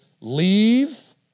leave